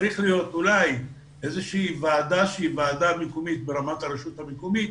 צריכה להיות אולי איזושהי ועדה שהיא ועדה ברמת הרשות המקומית